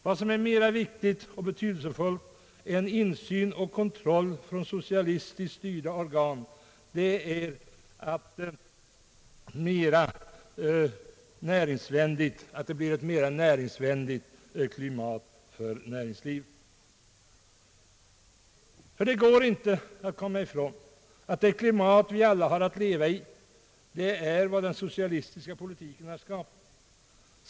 Vad som är mera viktigt och betydelsefullt än insyn och kontroll från socialistiskt styrda organ är att det blir ett mera näringsvänligt klimat för näringslivet. Det går nämligen inte att komma ifrån att det klimat vi alla har att leva i har skapats av den socialistiska politiken.